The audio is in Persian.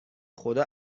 خدا